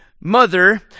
mother